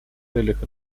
целях